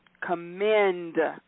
commend